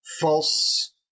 false